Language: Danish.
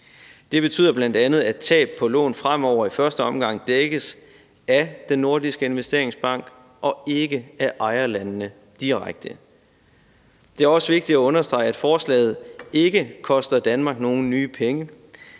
Det betyder bl.a., at tab på lån fremover i første omgang dækkes af Den Nordiske Investeringsbank og ikke af ejerlandene direkte. Det er også vigtigt at understrege, at forslaget ikke koster Danmark nogen nye penge.